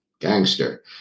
gangster